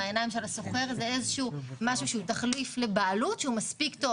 בעיניים של השוכר זה איזשהו משהו שהוא תחליף לבעלות שהוא מספיק טוב,